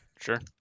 Sure